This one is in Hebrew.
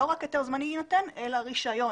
לא רק היתר זמני יינתן אלא רישיון.